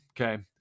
Okay